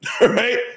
right